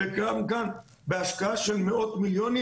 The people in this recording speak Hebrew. וגם כאן בהשקעה של מאות-מיליונים,